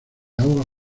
aguas